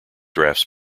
draughts